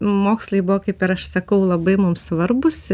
mokslai buvo kaip ir aš sakau labai mum svarbūs